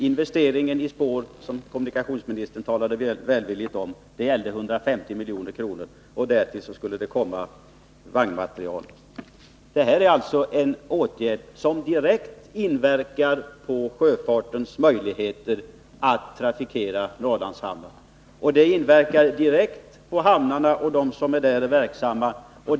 Investeringen i spår, som kommunikationsministern talade så välvilligt om, gällde 150 milj.kr., och därtill skulle komma vagnmateriel. Detta är en åtgärd som direkt inverkar på sjöfartens möjligheter att trafikera Norrlandshamnarna och även på dem som är verksamma i hamnarna.